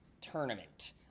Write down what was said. tournament